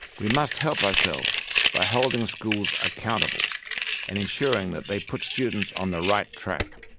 we must help ourselves by holding schools accountable and ensuring that they put students on the right track.